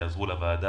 הם יעזרו לוועדה,